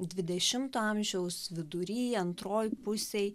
dvidešimto amžiaus vidury antroj pusėj